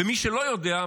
ומי שלא יודע,